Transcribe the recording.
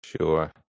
Sure